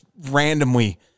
randomly